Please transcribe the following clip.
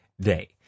day